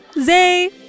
Zay